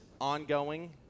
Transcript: ongoing